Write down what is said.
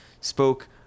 spoke